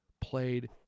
played